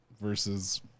Versus